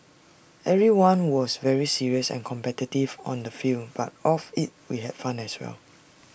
everyone was very serious and competitive on the field but off IT we had fun as well